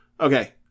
okay